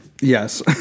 Yes